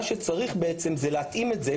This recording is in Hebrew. מה שצריך בעצם זה להתאים את זה,